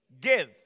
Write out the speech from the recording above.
give